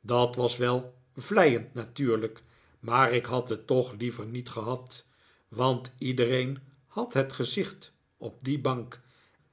dat was wel vleiend natuurlijk maar ik had het toch liever niet gehad want iedereen had het gezicht op die bank